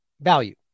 value